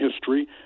history